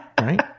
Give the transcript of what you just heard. Right